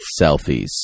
selfies